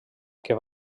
que